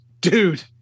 dude